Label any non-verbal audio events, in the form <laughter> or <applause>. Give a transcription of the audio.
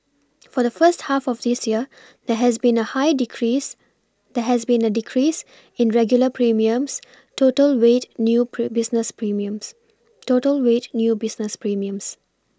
for the first half of this year there has been a high decrease there has been a decrease in regular premiums total weighed new <unintelligible> business premiums total weighed new business premiums